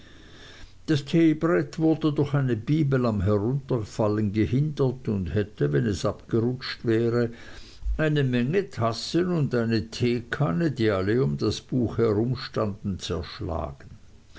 das teebrett wurde durch eine bibel am herunterfallen gehindert und hätte wenn es abgerutscht wäre eine menge tassen und eine teekanne die alle um das buch herumstanden zerschlagen